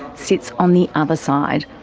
sits on the other side,